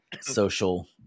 social